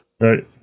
right